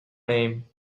name